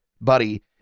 Buddy